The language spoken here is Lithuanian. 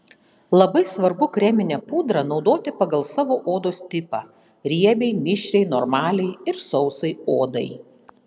labai svarbu kreminę pudrą naudoti pagal savo odos tipą riebiai mišriai normaliai ar sausai odai